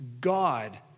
God